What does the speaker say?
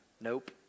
Nope